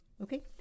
Okay